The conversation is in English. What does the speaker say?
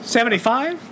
Seventy-five